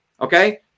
Okay